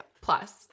Plus